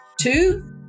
Two